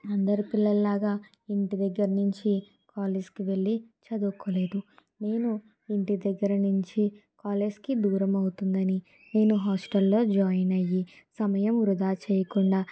నేను అందరి పిల్లలాగా ఇంటి దగ్గర్నుంచి కాలేజ్కు వెళ్ళి చదువుకోలేదు నేను ఇంటి దగ్గర నుంచి కాలేజ్కి దూరమవుతుందని నేను హాస్టల్లో జాయిన్ అయ్యి సమయం వృధా చేయకుండా